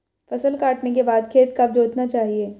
फसल काटने के बाद खेत कब जोतना चाहिये?